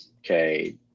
Okay